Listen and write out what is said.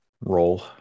role